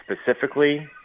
specifically